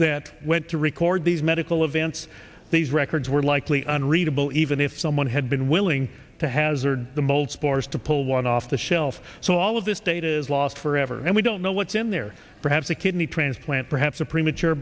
that went to record these medical events these records were likely unreadable even if someone had been willing to hazard the mold spores to pull one off the shelf so all of this data is lost forever and we don't know what's in there perhaps a kidney transplant perhaps a premature